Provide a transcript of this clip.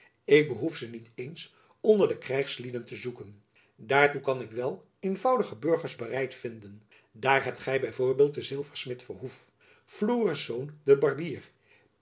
ik behoef ze niet eens onder de krijgslieden te zoeken daartoe kan ik wel eenvoudige burgers bereid vinden daar hebt gy b v den zilversmid verhoef florisz den barbier